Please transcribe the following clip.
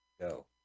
go